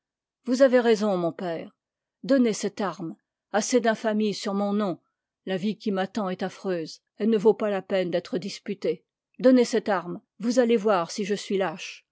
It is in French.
vous avez raison mon père donnez cette arme assez d'infamie sur mon nom la vie qui m'attend est affreuse elle ne vaut pas la peine d'être disputée donnez cette arme vous allez voir si je suis lâche